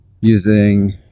using